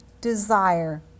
desire